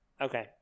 Okay